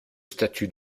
statut